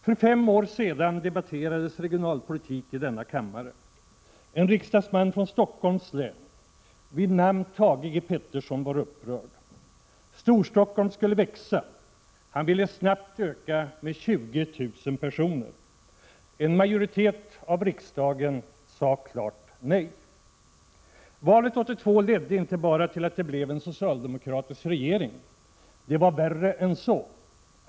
För fem år sedan debatterades regionalpolitik i denna kammare. En riksdagsman från Stockholms län, vid namn Thage G. Peterson, var upprörd. Storstockholm skulle växa. Han ville ha en snabb ökning med 20 000 människor. En majoritet i riksdagen sade klart nej. Valet 1982 ledde inte bara till att det blev en socialdemokratisk regering. Det var värre än så.